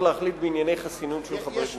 להחליט בענייני חסינות של חברי כנסת.